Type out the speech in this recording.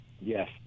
Yes